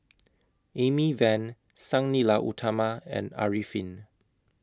Amy Van Sang Nila Utama and Arifin